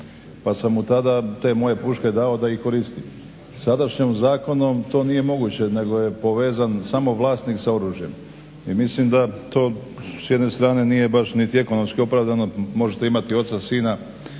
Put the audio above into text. pa sam mu tada te moje puške dao da ih koristi. Sadašnjim zakonom to nije moguće nego je povezan samo vlasnik sa oružjem i mislim da to s jedne strane nije baš niti ekonomski opravdano, možete imati oca, sina,